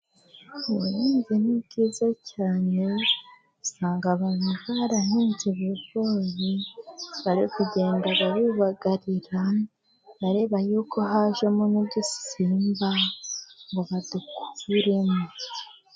Ubuhinzi ni bwiza cyane, usanga abantu barahinze ibigori bari kugenda babibagarira, bareba yuko hajemo n'udusimba ngo badukuremo.